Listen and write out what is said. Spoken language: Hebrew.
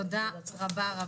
תודה רבה.